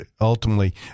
ultimately